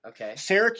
Okay